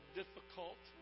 difficult